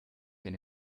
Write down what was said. eine